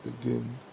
again